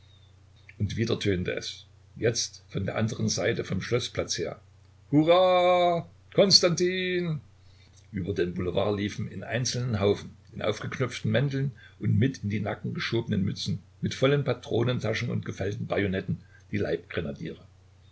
und wieder tönte es jetzt von der andern seite vom schloßplatz her hurra konstantin über den boulevard liefen in einzelnen haufen in aufgeknöpften mänteln und mit in die nacken geschobenen mützen mit vollen patronentaschen und gefällten bajonetten die